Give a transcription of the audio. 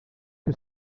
que